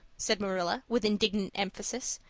said marilla, with indignant emphasis.